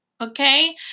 okay